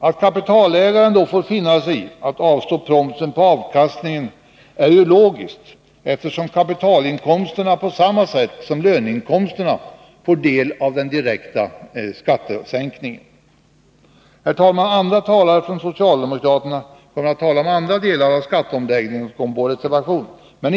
Att kapitalägaren då får finna sig i att avstå promsen på avkastningen är ju logiskt, eftersom kapitalinkomsterna på samma sätt som löneinkomsterna får del av den direkta skattesänkningen. Herr talman! Andra socialdemokratiska ledamöter kommer att tala om andra delar av skatteomläggningen och om vår reservation.